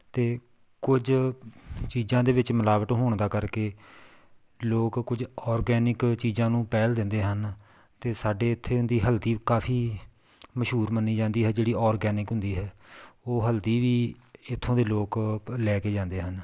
ਅਤੇ ਕੁਝ ਚੀਜ਼ਾਂ ਦੇ ਵਿੱਚ ਮਿਲਾਵਟ ਹੋਣ ਦਾ ਕਰਕੇ ਲੋਕ ਕੁਝ ਔਰਗੈਨਿਕ ਚੀਜ਼ਾਂ ਨੂੰ ਪਹਿਲ ਦਿੰਦੇ ਹਨ ਅਤੇ ਸਾਡੇ ਇੱਥੋਂ ਦੀ ਹਲਦੀ ਕਾਫੀ ਮਸ਼ਹੂਰ ਮੰਨੀ ਜਾਂਦੀ ਹੈ ਜਿਹੜੀ ਔਰਗੈਨਿਕ ਹੁੰਦੀ ਹੈ ਉਹ ਹਲਦੀ ਵੀ ਇੱਥੋਂ ਦੇ ਲੋਕ ਲੈ ਕੇ ਜਾਂਦੇ ਹਨ